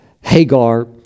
Hagar